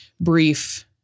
brief